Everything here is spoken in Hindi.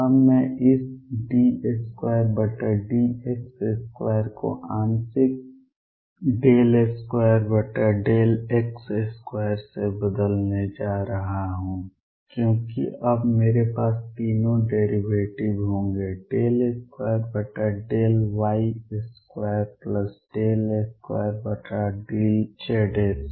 अब मैं इस d2dx2 को आंशिक 2x2 से बदलने जा रहा हूं क्योंकि अब मेरे पास तीनों डेरिवेटिव होंगे 2y22z2